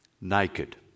naked